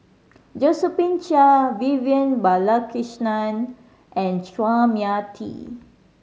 Josephine Chia Vivian Balakrishnan and Chua Mia Tee